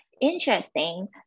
Interesting